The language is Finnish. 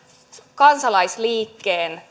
kansalaisliikkeen